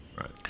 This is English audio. Right